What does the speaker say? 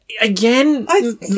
again